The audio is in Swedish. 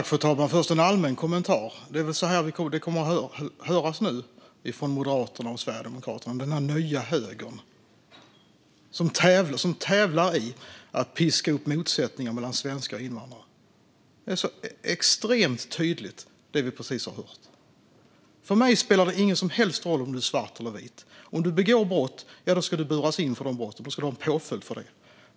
Fru talman! Först en allmän kommentar: Det är väl så här det kommer att låta nu från Moderaterna och Sverigedemokraterna, den nya högern, som tävlar i att piska upp motsättningar mellan svenskar och invandrare. Det var extremt tydligt i det vi precis hörde. För mig spelar det ingen som helst roll om du är svart eller vit. Om du begår brott ska du buras in för de brotten. Då ska du ha en påföljd.